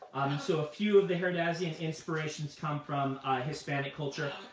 so a few of the herdazian inspirations come from hispanic culture.